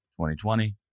2020